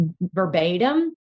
verbatim